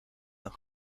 een